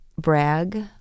brag